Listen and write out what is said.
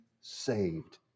saved